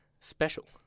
special